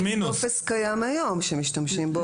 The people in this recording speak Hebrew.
הטופס קיים היום שמשתמשים בו.